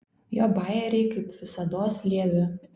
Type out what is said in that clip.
jo bajeriai kaip visados lievi